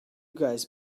guys